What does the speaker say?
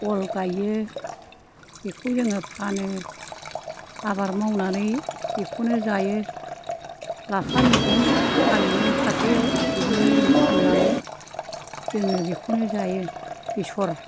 अल गायो बिखौ जोङो फानो आबाद मावनानै बिखौनो जायो लाफा मैगं फानहैयो हाथायाव बेजोंनो जों फाननानै जोङो बेखौनो जायो बेसर